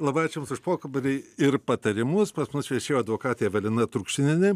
labai ačiū jums už pokalbį ir patarimus pas mus viešėjo advokatė evelina trukšinienė